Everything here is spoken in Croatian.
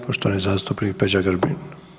Poštovani zastupnik Peđa Grbin.